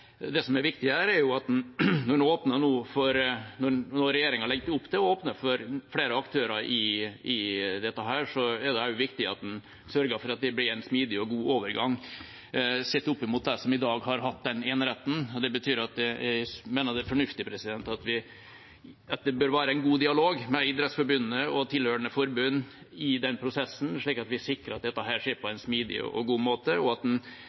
at det som er viktig her, er at når regjeringa legger opp til å åpne for flere aktører, er det også viktig at en sørger for at det blir en smidig og god overgang, sett opp mot dem som i dag har hatt den eneretten. Det betyr at jeg mener det bør være en god dialog med Idrettsforbundet og tilhørende forbund i den prosessen, slik at vi sikrer at dette skjer på en smidig og god måte, og at